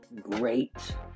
great